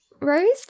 Rose